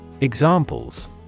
Examples